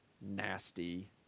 nasty